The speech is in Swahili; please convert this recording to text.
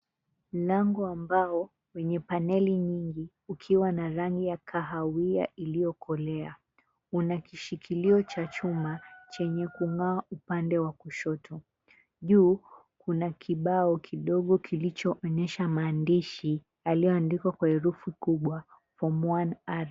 Mlango wa mbao wenye paneli nyingi ukiwa na rangi ya kahawia iliyokolea kuna kishikilio cha chuma chenye kung'aa upande wa kushoto, juu kuna kibao kidogo kilichoonyesha maandishi yaliyoandikwa kwa herufi kubwa, "Form One R."